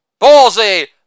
ballsy